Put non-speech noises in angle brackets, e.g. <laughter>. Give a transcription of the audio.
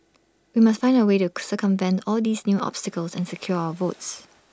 we must find A way to <unintelligible> circumvent all these new obstacles and secure our votes